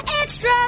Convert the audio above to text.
extra